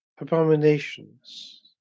abominations